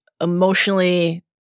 emotionally